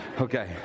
Okay